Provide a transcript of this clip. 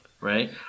right